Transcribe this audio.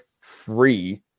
free